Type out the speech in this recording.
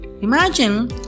Imagine